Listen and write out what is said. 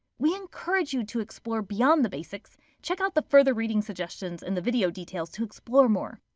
we encourage you to explore beyond the basics check out the further reading suggestions in the video details to explore more!